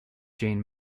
jane